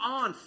on